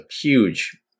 huge